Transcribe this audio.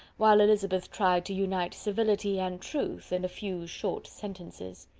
while elizabeth tried to unite civility and truth in a few short sentences.